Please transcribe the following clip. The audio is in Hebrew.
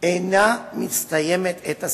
אינה מסיימת את הסכסוך,